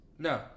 No